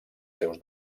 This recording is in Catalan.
seus